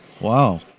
Wow